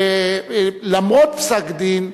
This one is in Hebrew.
למרות פסק-דין,